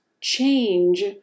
change